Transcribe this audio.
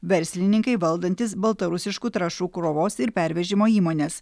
verslininkai valdantys baltarusiškų trąšų krovos ir pervežimo įmones